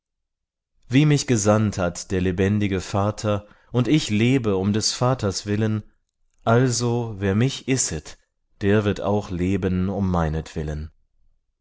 wie mich gesandt hat der lebendige vater und ich lebe um des vaters willen also wer mich isset der wird auch leben um meinetwillen